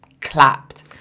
clapped